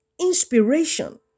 inspiration